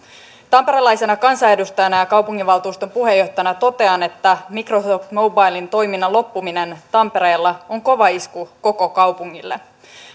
tamperelaisena kansanedustajana ja kaupunginvaltuuston puheenjohtajana totean että microsoft mobilen toiminnan loppuminen tampereella on kova isku koko kaupungille